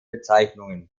bezeichnungen